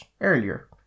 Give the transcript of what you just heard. earlier